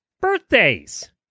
birthdays